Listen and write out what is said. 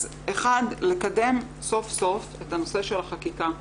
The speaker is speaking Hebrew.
אז 1. לקדם סוף סוף את הנושא של החקיקה.